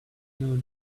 you